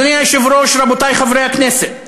אדוני היושב-ראש, רבותי חברי הכנסת,